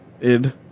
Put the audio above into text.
id